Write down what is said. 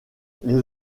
les